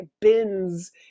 bins